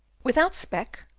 without speck?